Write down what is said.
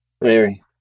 larry